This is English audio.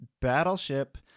battleship